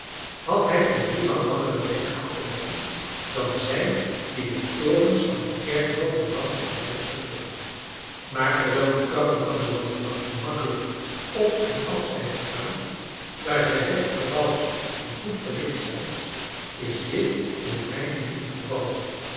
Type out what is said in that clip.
had hij een driemaal langer weg af te leggen dan zij die de torens van de kerk notre-dame te parijs beklimmen maar terwijl de trappen van de notre-dame gemakkelijk op en af zijn te gaan daar zij recht gebouwd en goed verlicht zijn is dit in de mijn niet het geval